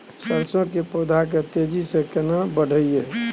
सरसो के पौधा के तेजी से केना बढईये?